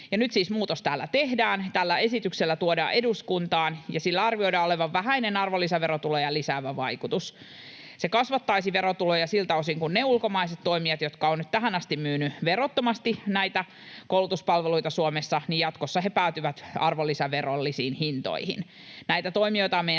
Nyt siis muutos täällä tehdään ja tällä esityksellä se tuodaan eduskuntaan, ja sillä arvioidaan olevan vähäinen arvonlisäverotuloja lisäävä vaikutus. Se kasvattaisi verotuloja siltä osin kuin ne ulkomaiset toimijat, jotka ovat nyt tähän asti myyneet verottomasti näitä koulutuspalveluita Suomessa, jatkossa päätyvät arvonlisäverollisiin hintoihin. Näitä toimijoita on meidän